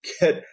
get